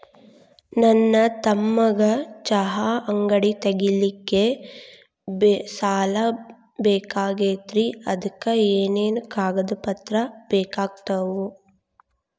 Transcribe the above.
ನನ್ನ ತಮ್ಮಗ ಚಹಾ ಅಂಗಡಿ ತಗಿಲಿಕ್ಕೆ ಸಾಲ ಬೇಕಾಗೆದ್ರಿ ಅದಕ ಏನೇನು ಕಾಗದ ಪತ್ರ ಬೇಕಾಗ್ತವು?